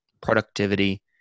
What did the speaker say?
productivity